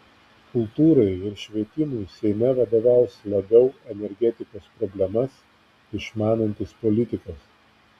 kultūrai ir švietimui seime vadovaus labiau energetikos problemas išmanantis politikas